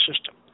system